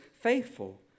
faithful